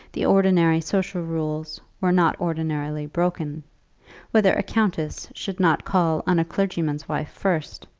the ordinary social rules were not ordinarily broken whether a countess should not call on a clergyman's wife first,